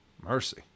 Mercy